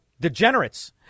degenerates